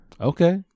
okay